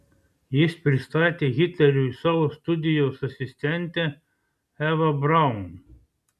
jis pristatė hitleriui savo studijos asistentę evą braun